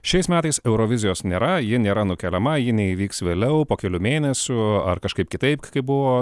šiais metais eurovizijos nėra ji nėra nukeliama ji neįvyks vėliau po kelių mėnesių ar kažkaip kitaip kaip buvo